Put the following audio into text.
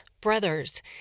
Brothers